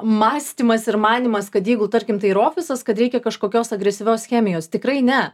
mąstymas ir manymas kad jeigu tarkim tai yra ofisas kad reikia kažkokios agresyvios chemijos tikrai ne